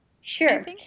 Sure